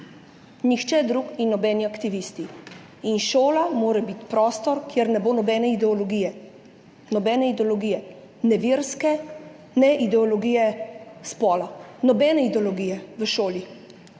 Nihče drug in nobeni aktivisti. In šola mora biti prostor, kjer ne bo nobene ideologije. Nobene ideologije, ne verske ne ideologije spola. Nobene ideologije v šoli.